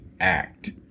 act